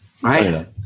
Right